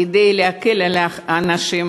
כדי להקל על האנשים,